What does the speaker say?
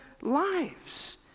lives